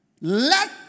Let